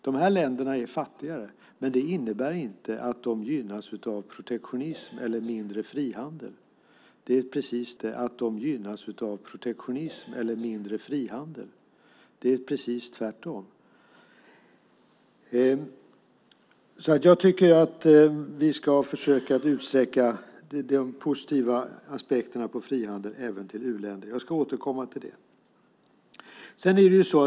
Dessa länder är fattigare, men det innebär inte att de gynnas av protektionism eller mindre frihandel. Det är precis tvärtom. Jag tycker att vi ska försöka utsträcka de positiva aspekterna på frihandel även till u-länder. Jag ska återkomma till det.